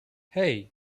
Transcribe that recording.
hey